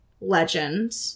legend